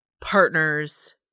partners